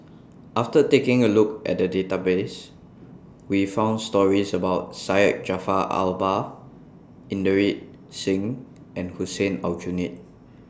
after taking A Look At The Database We found stories about Syed Jaafar Albar Inderjit Singh and Hussein Aljunied